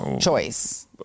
choice